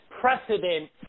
precedent